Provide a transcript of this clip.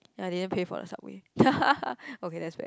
and I didn't pay for the subway okay that's bad